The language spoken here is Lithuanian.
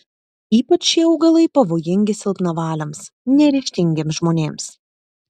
ypač šie augalai pavojingi silpnavaliams neryžtingiems žmonėms